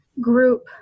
group